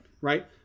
right